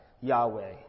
Yahweh